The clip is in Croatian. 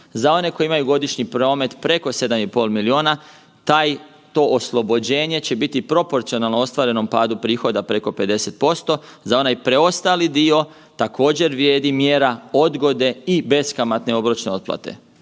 Za one koji imaju godišnji promet preko 7,5 milijuna, taj to oslobođenje će biti proporcionalno ostvarenom padu prihoda preko 50%, za onaj preostali dio također vrijedi mjera odgode i beskamatne obročne otplate.